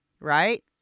Right